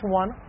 one